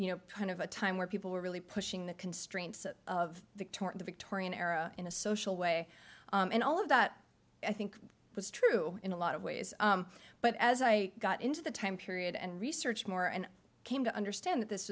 you know kind of a time where people were really pushing the constraints of the victorian era in a social way and all of that i think was true in a lot of ways but as i got into the time period and research more and came to understand that this